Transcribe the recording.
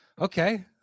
okay